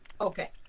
Okay